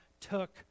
took